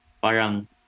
Parang